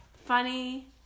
Funny